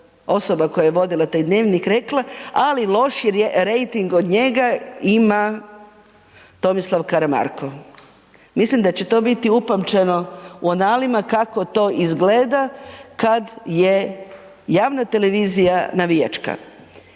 osoba koja je vodila taj dnevnik rekla: „Ali lošiji rejting od njega ima Tomislav Karamarko.“. Mislim da će to biti upamćeno u analima kako to izgleda kada je javna televizija navijačka.